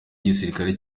igisirikare